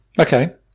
Okay